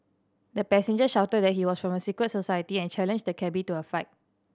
the passenger shouted that he was from a secret society and challenged the cabby to a fight